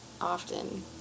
often